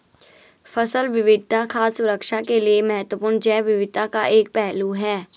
फसल विविधता खाद्य सुरक्षा के लिए महत्वपूर्ण जैव विविधता का एक पहलू है